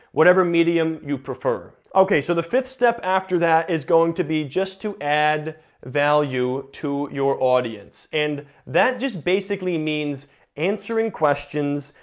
whatever medium you prefer. okay, so the fifth step after that is going to be just to add value to your audience. and that just basically means answering questions,